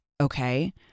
Okay